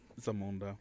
Zamunda